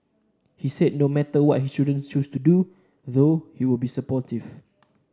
he said no matter what his children choose to do though he'll be supportive